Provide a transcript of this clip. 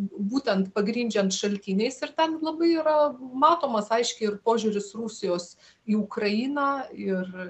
būtent pagrindžiant šaltiniais ir ten labai yra matomas aiškiai ir požiūris rusijos į ukrainą ir